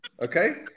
okay